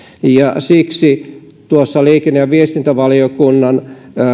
siksi tuossa liikenne ja viestintävaliokunnan